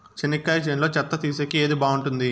చెనక్కాయ చేనులో చెత్త తీసేకి ఏది బాగుంటుంది?